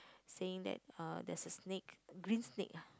saying that uh there's a snake green snake ah